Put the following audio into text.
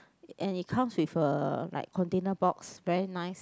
and it comes with a like container box very nice